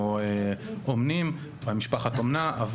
אולי משפחת אומנה.